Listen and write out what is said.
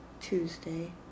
Tuesday